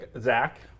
Zach